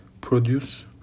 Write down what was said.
produce